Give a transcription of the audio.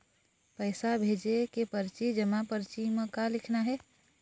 पैसा भेजे के परची जमा परची म का लिखना हे?